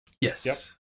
Yes